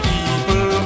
People